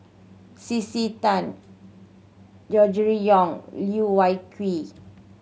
C C Tan Gregory Yong Loh Wai Kiew